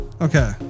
Okay